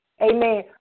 Amen